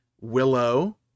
Willow